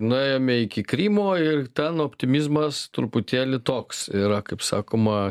nuėjome iki krymo ir ten optimizmas truputėlį toks yra kaip sakoma